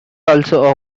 also